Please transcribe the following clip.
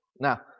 Now